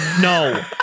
no